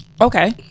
okay